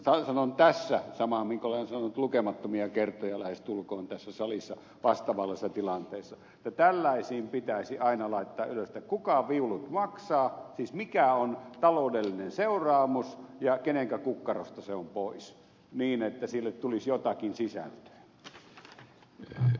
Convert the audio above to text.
mutta sanon tässä samaa minkä olen sanonut lähestulkoon lukemattomia kertoja tässä salissa vastaavanlaisessa tilanteessa että tällaisiin pitäisi aina laittaa ylös kuka viulut maksaa siis mikä on taloudellinen seuraamus ja kenenkä kukkarosta se on pois niin että esitykselle tulisi jotakin sisältöä